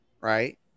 right